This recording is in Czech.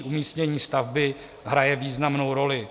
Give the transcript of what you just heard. Umístění stavby hraje významnou roli.